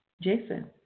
Jason